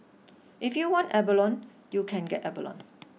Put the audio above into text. if you want abalone you can get abalone